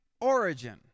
origin